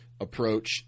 approach